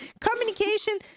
communication